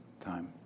time